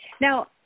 Now